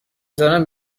دارم